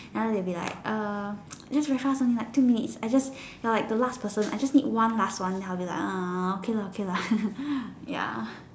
other they'll be like um just very fast only like two minutes I just you're like the last person I just need one last one then I'll be like uh okay lah okay lah ya